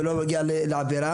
ולא מגיע לעבירה.